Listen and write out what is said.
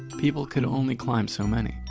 people could only climb so many.